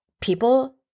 people